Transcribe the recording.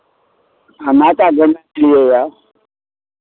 हँ माता बोलै छियै यए